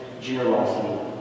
generosity